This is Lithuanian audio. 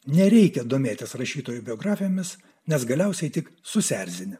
nereikia domėtis rašytojų biografijomis nes galiausiai tik susierzini